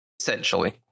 Essentially